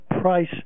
price